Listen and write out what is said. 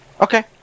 Okay